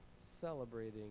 celebrating